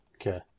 Okay